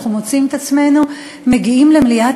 אנחנו מוצאים את עצמנו מגיעים למליאת